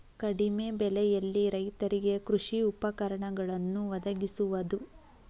ಕಡಿಮೆ ಬೆಲೆಯಲ್ಲಿ ರೈತರಿಗೆ ಕೃಷಿ ಉಪಕರಣಗಳನ್ನು ವದಗಿಸುವದು